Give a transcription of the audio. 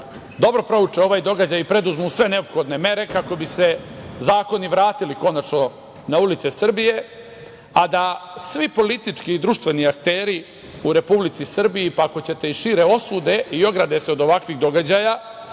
dobro prouče ovaj događaj i preduzmu sve neophodne mere kako bi se zakoni vratili konačno na ulice Srbije, a da svi politički i društveni akteri u Republici Srbiji, pa ako hoćete i šire, osude i ograde se od ovakvih događaja,